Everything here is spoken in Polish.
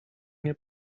nie